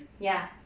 ya